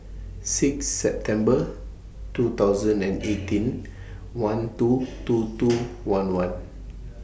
six September two thousand and eighteen one two two two one one